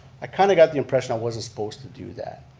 i kind of got the impression i wasn't supposed to do that.